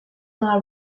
our